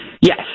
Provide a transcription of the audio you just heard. Yes